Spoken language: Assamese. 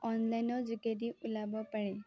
অনলাইনৰ যোগেদি ওলিয়াব পাৰি